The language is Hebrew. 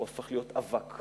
הוא הפך להיות אבק,